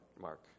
Mark